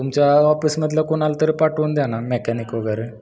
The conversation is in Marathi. तुमच्या ऑफिसमधल्या कोणाला तरी पाठवून द्या ना मेकॅनिक वगैरे